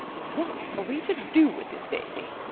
what are we to do with this daisy?